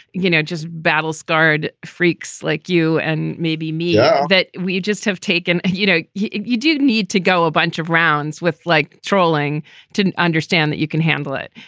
you know, just battle scarred freaks like you and maybe me um that we just have taken, you know? you you do need to go a bunch of rounds with like trolling to understand that you can handle it.